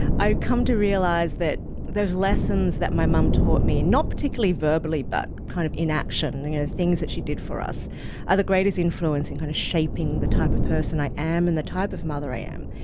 i've come to realize that those lessons that my mom taught me not particularly verbally but kind of in action with and you know things that she did for us are the greatest influence in kind of shaping the kind of person i am and the type of mother i am.